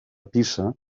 pisa